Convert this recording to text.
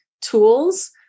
tools